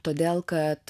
todėl kad